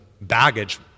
baggage